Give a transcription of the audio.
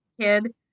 kid